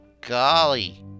Golly